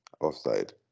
offside